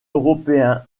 européens